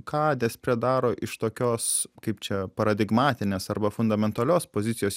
ką despre daro iš tokios kaip čia paradigmatinės arba fundamentalios pozicijos